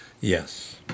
Yes